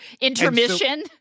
Intermission